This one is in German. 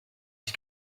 ich